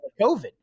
COVID